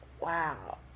Wow